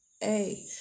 hey